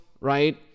right